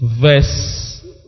verse